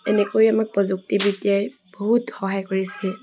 এনেকৈ আমাক প্ৰযুক্তিবিদ্যাই বহুত সহায় কৰিছে